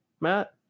Matt